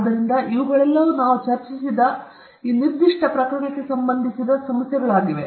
ಆದ್ದರಿಂದ ಇವುಗಳೆಲ್ಲವೂ ನಾವು ಚರ್ಚಿಸಿದ ಈ ನಿರ್ದಿಷ್ಟ ಪ್ರಕರಣಕ್ಕೆ ಸಂಬಂಧಿಸಿದ ಕೆಲವು ನಿರ್ದಿಷ್ಟ ಸಮಸ್ಯೆಗಳಾಗಿವೆ